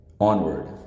Onward